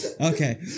okay